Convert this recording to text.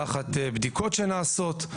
תחת בדיקות שנעשות,